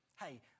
hey